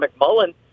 McMullen